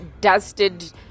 dusted